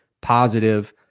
positive